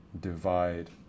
divide